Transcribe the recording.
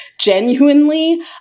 genuinely